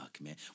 man